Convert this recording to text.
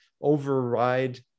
override